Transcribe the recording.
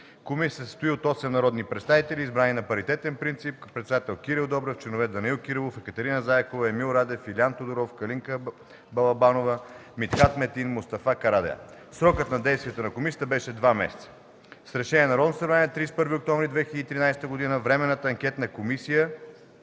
Комисията се състои от 8 народни представители, избрани на паритетен принцип с председател Кирил Добрев и членове Данаил Кирилов, Екатерина Зайкова, Емил Радев, Илиян Тодоров, Калинка Балабанова, Митхат Метин и Мустафа Карадайъ. Срокът на действие на комисията беше два месеца. С Решение на Народното събрание от 31 октомври 2013 г. на Временната анкетна комисия